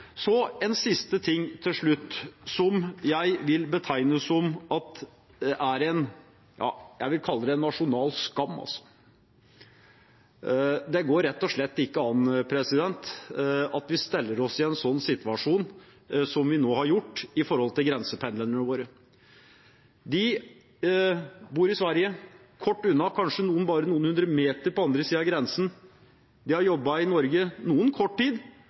Så en siste ting til slutt, som jeg vil betegne som – jeg vil kalle det – en nasjonal skam. Det går rett og slett ikke an at vi stiller oss i en sånn situasjon som vi nå har gjort med tanke på grensependlerne våre. De bor i Sverige, kort unna, noen kanskje bare noen hundre meter på den andre siden av grensen. De har jobbet i Norge – noen kort tid,